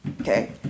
okay